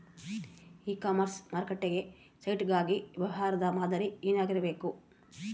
E commerce ಮಾರುಕಟ್ಟೆ site ಗಾಗಿ ವ್ಯವಹಾರ ಮಾದರಿ ಏನಾಗಿರಬೇಕು?